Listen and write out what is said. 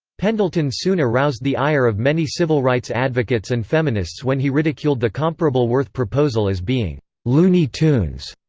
pendleton soon aroused the ire of many civil rights advocates and feminists when he ridiculed the comparable worth proposal as being looney tunes.